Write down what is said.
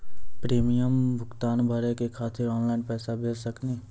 Premium भुगतान भरे के खातिर ऑनलाइन पैसा भेज सकनी?